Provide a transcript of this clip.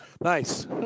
Nice